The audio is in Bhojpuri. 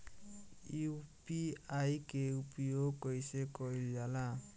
यू.पी.आई के उपयोग कइसे कइल जाला?